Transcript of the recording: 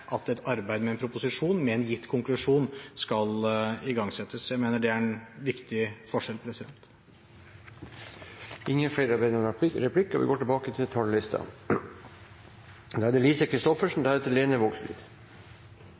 at et arbeid med en proposisjon med en gitt konklusjon skal igangsettes. Jeg mener det er en viktig forskjell. Replikkordskiftet er omme. De talere som heretter får ordet, har en taletid på inntil 3 minutter. Å styrke beskyttelsen til personer som er